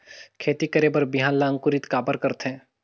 खेती करे बर बिहान ला अंकुरित काबर करथे?